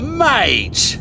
mate